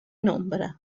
nombre